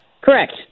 Correct